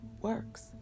works